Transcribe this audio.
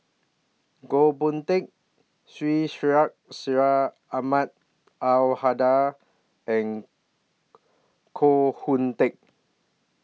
Goh Boon Teck Syed Sheikh Syed Ahmad Al Hadi and Koh Hoon Teck